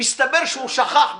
מסתבר שהוא שכח בדיוק.